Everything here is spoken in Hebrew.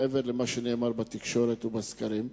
מעבר למה שנאמר בתקשורת ובסקרים,